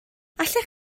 allech